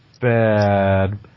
bad